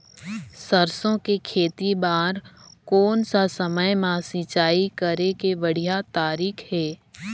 सरसो के खेती बार कोन सा समय मां सिंचाई करे के बढ़िया तारीक हे?